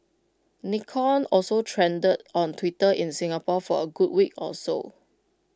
Nikon also trended on Twitter in Singapore for A good week or so